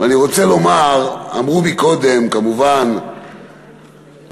ואני רוצה לומר, אמרו מקודם, כמובן התריסו